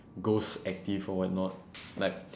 ghost active for what not like